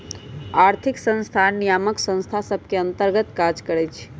आर्थिक संस्थान नियामक संस्था सभ के अंतर्गत काज करइ छै